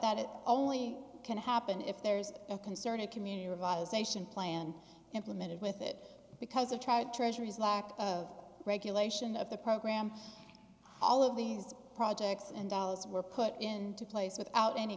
it only can happen if there's a concerted community revitalization plan implemented with it because of tried treasury's lack of regulation of the program all of these projects and dollars were put into place without any